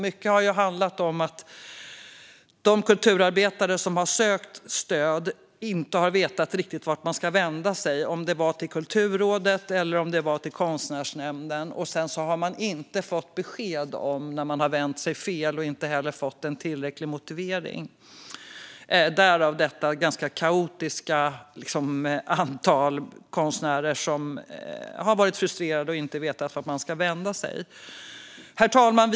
Mycket har handlat om att de kulturarbetare som har sökt stöd inte riktigt vetat vart de ska vända sig - till Kulturrådet eller till Konstnärsnämnden. Sedan har man inte fått besked när man vänt sig fel och inte heller fått en tillräcklig motivering, därav detta ganska kaotiska antal konstnärer som varit frustrerade och inte vetat vart de ska vända sig. Herr talman!